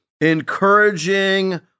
encouraging